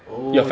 oh